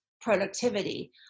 productivity